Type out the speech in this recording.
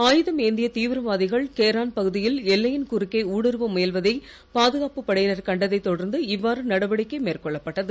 ஆயுதம் ஏந்திய திவிரவாதிகள் கேரான் பகுதியில் எல்லையின் குறுக்கே ஊடுறுவ முயல்வதை பாதுகாப்புப் படையினர் கண்டதைத் தொடர்ந்து இவ்வாறு நடவடிக்கை மேற்கொள்ளப்பட்டது